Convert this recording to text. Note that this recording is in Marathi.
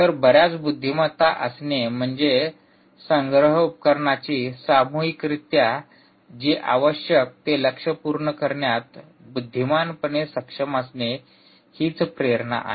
तर बर्याच बुद्धिमत्ता असणे म्हणजे संग्रह उपकरणांची सामूहिकरित्या जी आवश्यक ते लक्ष्य पूर्ण करण्यात बुद्धिमानपणे सक्षम असणे हिच प्रेरणा आहे